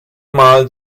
mal